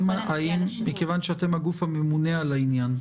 מכיוון שאתם הגוף הממונה על העניין,